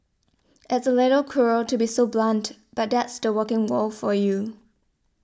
it's a little cruel to be so blunt but that's the working world for you